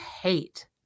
hate